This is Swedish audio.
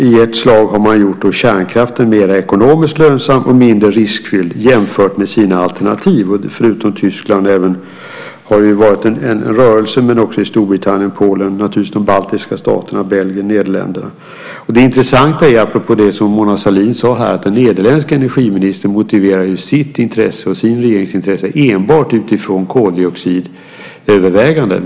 I ett slag har man gjort kärnkraften mer ekonomiskt lönsam och mindre riskfylld jämfört med alternativen. Förutom i Tyskland har det varit en rörelse i Storbritannien, Polen, de baltiska staterna, Belgien och Nederländerna. Apropå det som Mona Sahlin sade är det intressant att den nederländske energiministern motiverar sin regerings intressen enbart utifrån koldioxidöverväganden.